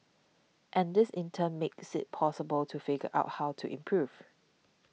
and this in turn makes it possible to figure out how to improve